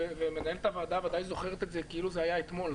מנהלת הוועדה בוודאי זוכרת את זה כאילו זה היה אתמול,